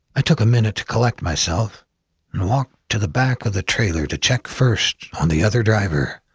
i took a minute to collect myself and walked to the back of the trailer to check first on the other driver.